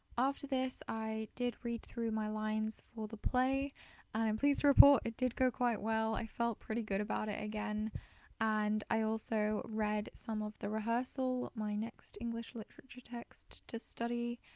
after this i did read through my lines for the play and i'm pleased to report it did go quite well i felt pretty good about it again and i also read some of the rehearsal, my next english literature text to study.